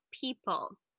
people